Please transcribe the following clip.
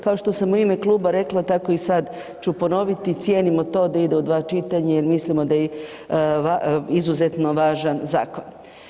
Kao što sam u ime kluba rekla tako i sad ću ponoviti, cijenimo to da ide u dva čitanja jer mislimo da je izuzetno važan zakon.